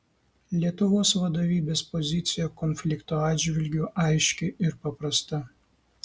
lietuvos vadovybės pozicija konflikto atžvilgiu aiški ir paprasta